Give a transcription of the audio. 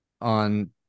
on